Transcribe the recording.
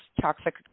toxic